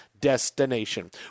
destination